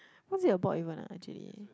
what is it about even ah actually